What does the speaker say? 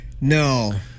No